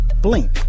blink